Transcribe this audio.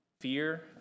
fear